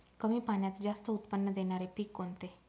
कमी पाण्यात जास्त उत्त्पन्न देणारे पीक कोणते?